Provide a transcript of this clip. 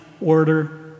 order